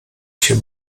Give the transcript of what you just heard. się